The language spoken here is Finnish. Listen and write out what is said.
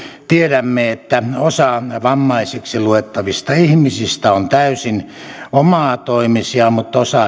tiedämme että osa vammaisiksi luettavista ihmisistä on täysin omatoimisia mutta osa